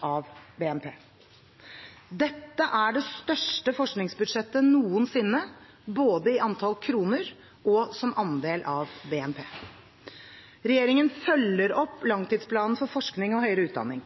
av BNP. Dette er det største forskningsbudsjettet noensinne, både i antall kroner og som andel av BNP. Regjeringen følger opp langtidsplanen for forskning og høyere utdanning.